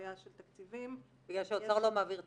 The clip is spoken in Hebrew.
בעיה של תקציבים -- בגלל שהאוצר לא מעביר תקציב.